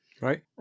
Right